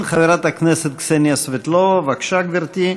חברת הכנסת קסניה סבטלובה, בבקשה, גברתי.